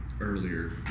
earlier